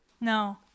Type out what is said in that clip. No